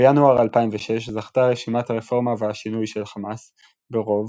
בינואר 2006 זכתה רשימת "הרפורמה והשינוי" של חמאס ברוב